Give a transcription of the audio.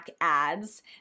ads